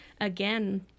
again